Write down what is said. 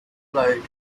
load